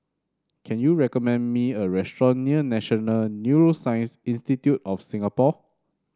can you recommend me a restaurant near National Neuroscience Institute of Singapore